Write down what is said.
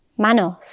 Manos